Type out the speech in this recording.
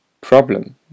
problem